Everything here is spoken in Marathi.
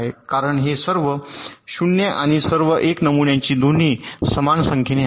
कारण हे सर्व 0 आणि सर्व 1 नमुन्यांची दोन्ही समान संख्येने आहेत